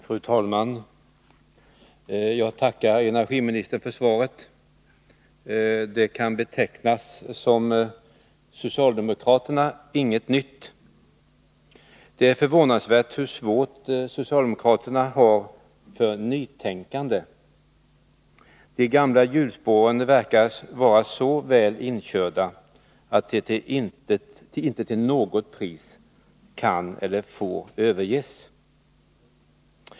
Fru talman! Jag tackar energiministern för svaret. Det kan betecknas som ”socialdemokraterna inget nytt”. Det är förvånansvärt hur svårt socialdemokraterna har för nytänkande. De gamla hjulspåren verkar vara så väl inkörda att de inte till något pris kan eller får överges.